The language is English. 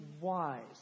wise